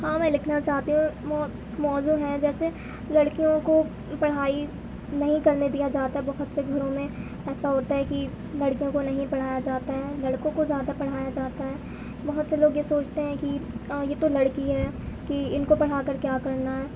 ہاں میں لکھنا چاہتی ہوں موضوع ہیں جیسے لڑکیوں کو پڑھائی نہیں کرنے دیا جاتا بہت سے گھروں میں ایسا ہوتا ہے کہ لڑکیوں کو نہیں پڑھایا جاتا ہے لڑکوں کو زیادہ پڑھایا جاتا ہے بہت سے لوگ یہ سوچتے ہیں کہ یہ تو لڑکی ہے کہ ان کو پڑھا کر کیا کرنا ہے